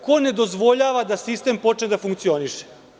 Ko ne dozvoljava da sistem počne da funkcioniše?